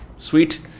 Sweet